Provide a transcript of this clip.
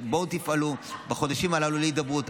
בואו תפעלו בחודשים הללו להידברות.